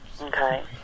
Okay